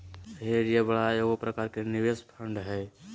hedge या बाड़ा एगो प्रकार के निवेश फंड हय